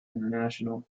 international